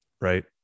right